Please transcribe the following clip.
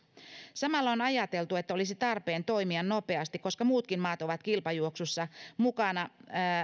samalla on ajateltu että olisi tarpeen toimia nopeasti koska muutkin maat ovat mukana